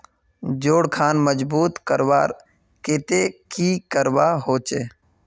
जोड़ खान मजबूत करवार केते की करवा होचए?